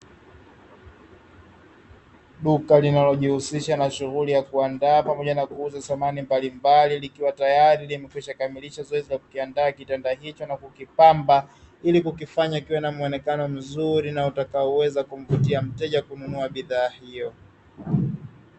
Duka linalojihusisha na shughuli ya kuandaa pamoja na kuuza samani mbalimbali likiwa tayari limekwishakamilisha zoezi la kukiandaa kitanda hicho na kukipamba, ili kukifanya kiwe na muonekano mzuri utakaoweza kumvutia mteja kununua bidhaa hiyo.